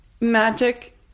magic